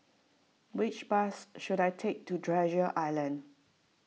which bus should I take to Treasure Island